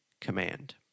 command